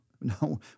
no